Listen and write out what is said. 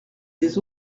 des